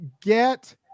get